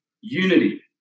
Unity